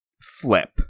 flip